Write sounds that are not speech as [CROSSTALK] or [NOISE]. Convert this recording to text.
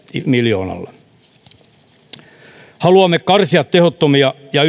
miljoonalla haluamme karsia tehottomia ja [UNINTELLIGIBLE]